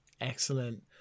excellent